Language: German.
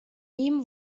ihm